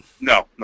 no